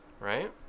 right